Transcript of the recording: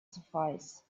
suffice